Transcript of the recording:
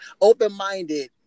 open-minded